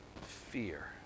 fear